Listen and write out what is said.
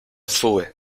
sube